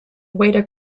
vader